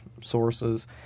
sources